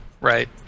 right